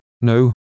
no